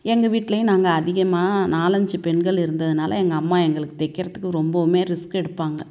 எங்கள் வீட்லேயும் நாங்கள் அதிகமாக நாலஞ்சு பெண்கள் இருந்ததினால எங்கள் அம்மா எங்களுக்கு தைக்கிறதுக்கு ரொம்பவுமே ரிஸ்க் எடுப்பாங்க